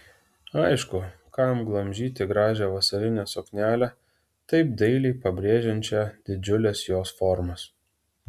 aišku kam glamžyti gražią vasarinę suknelę taip dailiai pabrėžiančią didžiules jos formas